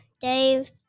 Dave